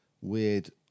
weird